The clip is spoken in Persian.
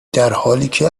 درحالیکه